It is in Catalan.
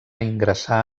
ingressar